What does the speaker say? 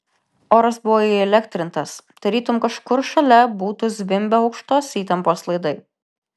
oras buvo įelektrintas tarytum kažkur šalia būtų zvimbę aukštos įtampos laidai